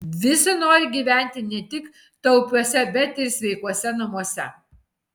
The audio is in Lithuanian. visi nori gyventi ne tik taupiuose bet ir sveikuose namuose